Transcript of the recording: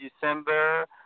December